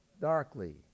darkly